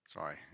Sorry